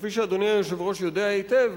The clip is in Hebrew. כפי שאדוני היושב-ראש יודע היטב,